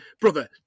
brother